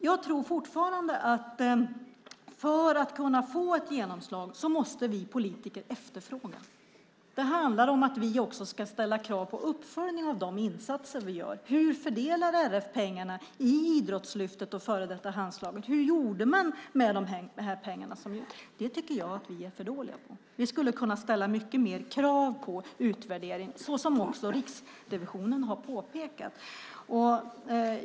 Jag tror fortfarande att för att jämställdhet ska kunna få genomslag måste vi politiker efterfråga det. Det handlar om att vi också ska ställa krav på uppföljning av de satsningar som vi gör, av hur RF fördelar pengarna i Idrottslyftet och före detta Handslaget. Det tycker jag att vi är för dåliga på. Vi skulle kunna ställa mycket mer krav på utvärdering, som också Riksrevisionen har påpekat.